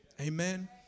Amen